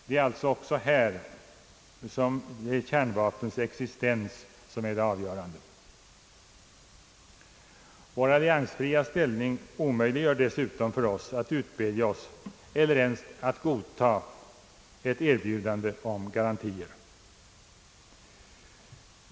Det är alltså också i det här fallet kärnvapnens existens som är det avgörande. Vår alliansfria ställning omöjliggör dessutom för oss att utbedja oss eller ens att godta ett erbjudande om garantier.